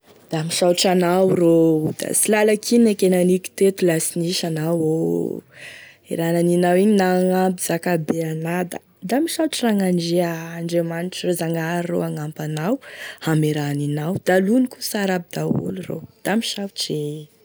Da misaotry anao rô, da sy lalako inaky e naniko teto la sy nisy anao o, e raha naninao igny nagnampy zakabe ana, da misaotry Ragnandria, Andriamanitra ro e Zagnahary ro hanampy anao ame raha aninao, da lonoky ho sara aby daoly ro, da misaotry e.